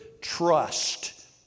trust